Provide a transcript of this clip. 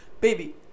Baby